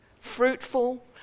fruitful